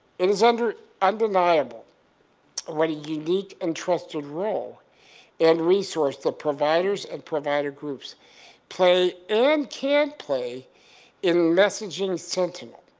it is under, undeniable what a unique and trusted role and resource the providers and provider groups play and can't play in messaging sentinel.